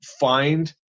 find